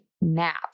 nap